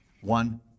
one